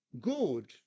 good